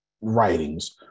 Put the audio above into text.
writings